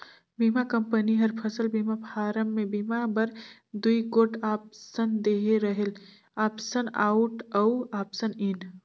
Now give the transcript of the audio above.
बीमा कंपनी हर फसल बीमा फारम में बीमा बर दूई गोट आप्सन देहे रहेल आप्सन आउट अउ आप्सन इन